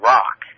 Rock